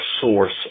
source